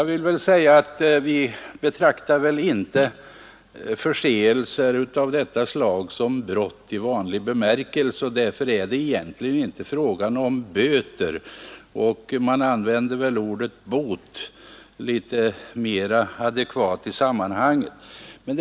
Vi betraktar kanske inte förseelser av detta slag som brott i vanlig bemärkelse. Därför är det egentligen inte fråga om böter, och det vore litet mera adekvat att använda ordet bot.